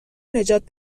نجات